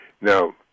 Now